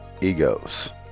egos